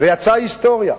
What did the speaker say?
ויצאה היסטוריה,